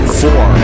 four